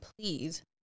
please